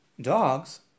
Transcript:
dogs